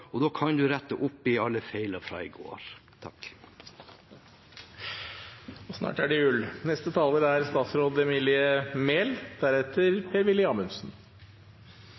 «Og da kæin du rette oppatt æille feil i fra i går.» Og snart er det jul!